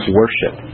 worship